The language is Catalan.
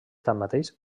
tanmateix